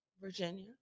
Virginia